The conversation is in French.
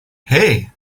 hey